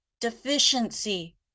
deficiency